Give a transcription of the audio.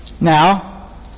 Now